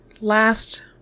last